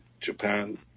Japan